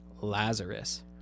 Lazarus